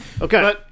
Okay